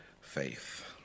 faith